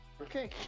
Okay